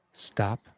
Stop